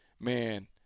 Man